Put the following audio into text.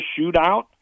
shootout